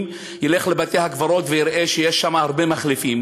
ילך לבתי-הקברות ויראה שיש שם הרבה מחליפים,